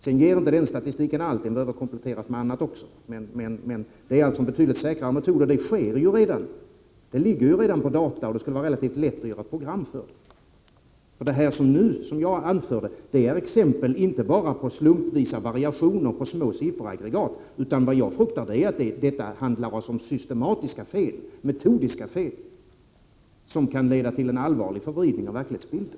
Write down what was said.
Men den statistiken ger inte allt utan behöver kompletteras med annat. Detta är emellertid en betydligt säkrare metod. Dessutom finns dessa uppgifter redan på data, och det skulle vara lätt att göra ett program för detta ändamål. Vad jag anförde var exempel inte bara på slumpmässiga variationer och små sifferaggregat, utan jag fruktar att det handlar om metodiska fel som kan leda till en allvarlig förvridning av verklighetsbilden.